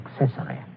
accessory